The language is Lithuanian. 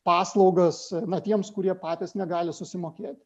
paslaugas na tiems kurie patys negali susimokėti